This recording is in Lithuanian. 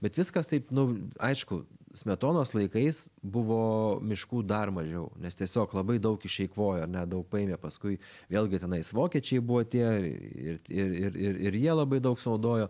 bet viskas taip nu aišku smetonos laikais buvo miškų dar mažiau nes tiesiog labai daug išeikvojo ar ne daug paėmė paskui vėlgi tenais vokiečiai buvo tie ir ir ir ir ir jie labai daug sunaudojo